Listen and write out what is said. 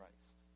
Christ